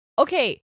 Okay